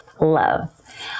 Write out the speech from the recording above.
love